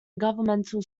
governmental